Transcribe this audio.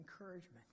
encouragement